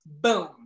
boom